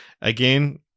Again